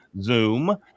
Zoom